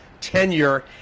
tenure